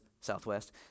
Southwest